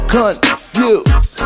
confused